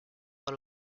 par